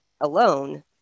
alone